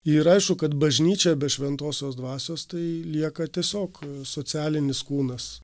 ir aišku kad bažnyčia be šventosios dvasios tai lieka tiesiog socialinis kūnas